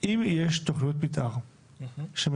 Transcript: אם יש תכניות מתאר שמדברות